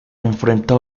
enfrenta